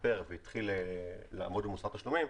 השתפר והתחיל לעמוד במוסר התשלומים,